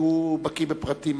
כי הוא בקי בפרטים.